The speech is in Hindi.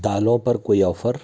दालों पर कोई ऑफर